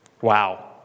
Wow